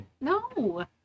No